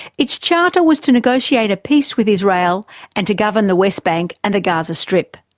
its charter was to negotiate a peace with israel and to govern the west bank and the gaza strip.